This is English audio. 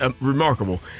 remarkable